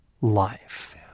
life